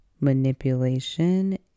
manipulation